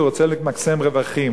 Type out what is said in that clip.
הוא רוצה למקסם רווחים,